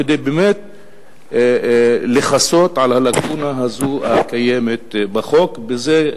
כדי לכסות על הלקונה הקיימת בחוק הזה.